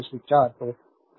resistance